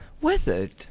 Weathered